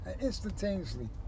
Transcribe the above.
Instantaneously